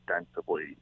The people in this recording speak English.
extensively